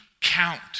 count